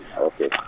okay